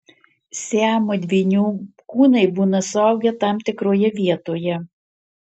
siamo dvynių kūnai būna suaugę tam tikroje vietoje